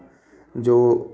जो